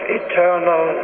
eternal